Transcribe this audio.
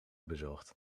bezocht